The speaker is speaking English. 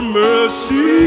mercy